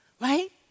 right